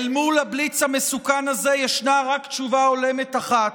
אל מול הבליץ המסוכן הזה ישנה רק תשובה הולמת אחת,